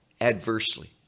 adversely